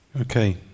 okay